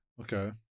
Okay